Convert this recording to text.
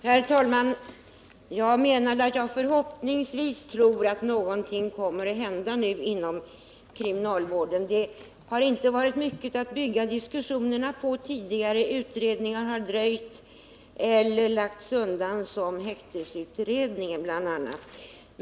Herr talman! Jag menade att jag har förhoppningar om att någonting kommer att hända inom kriminalvården. Det har inte funnits mycket att bygga diskussionerna på tidigare. Utredningar har dröjt eller lagts undan, vilket bl.a. hände med häktningsutredningen.